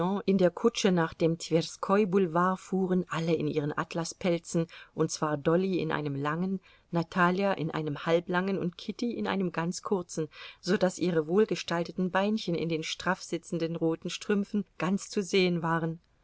in der kutsche nach dem twerskoi boulevard fuhren alle in ihren atlaspelzen und zwar dolly in einem langen natalja in einem halblangen und kitty in einem ganz kurzen so daß ihre wohlgestalteten beinchen in den straff sitzenden roten strümpfen ganz zu sehen waren